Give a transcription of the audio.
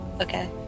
okay